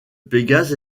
pégase